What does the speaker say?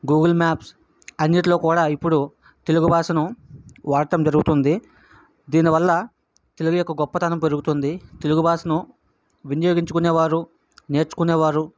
Google Maps అన్నిట్లో కూడా ఇప్పుడు తెలుగు భాషను వాడటం జరుగుతుంది దీనివల్ల తెలుగు యొక్క గొప్పతనం పెరుగుతుంది తెలుగు భాషను వినియోగించుకునేవారు నేర్చుకునేవారు